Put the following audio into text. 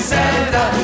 Santa